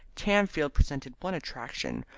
tamfield presented one attraction,